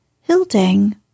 Hilding